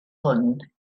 hwn